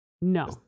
No